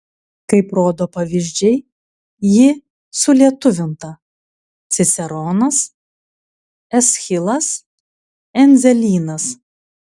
kaip rodo pavyzdžiai ji sulietuvinta ciceronas eschilas endzelynas